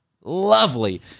lovely